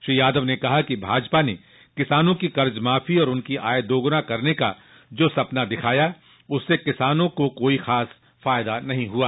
श्री यादव ने कहा कि भाजपा ने किसानों की कर्जमाफी और उनकी आय दोगुना करने का जो सपना दिखाया उससे किसानों को कोई खास फायदा नहीं हुआ